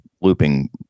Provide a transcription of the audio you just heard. looping